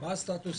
מה סטטוס